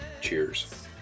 Cheers